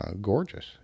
Gorgeous